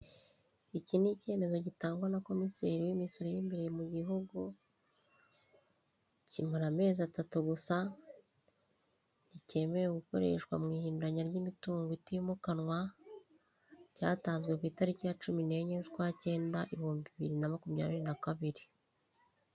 Iki ni icyemezo gitangwa na komiseri w'imisoro y'imbere mu gihugu kimara amezi atatu gusa nticyemewe gukoreshwa mu ihindanya ry'imitungo itimukanwa, cyatanzwe ku itariki ya cumi n'enye z'ukwa cyenda ibihumbi bibiri na makumyabiri na kabiri.